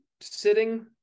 sitting